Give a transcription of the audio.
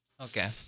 Okay